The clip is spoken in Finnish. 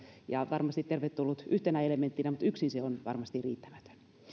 se on varmasti tervetullut yhtenä elementtinä mutta yksin se on varmasti riittämätön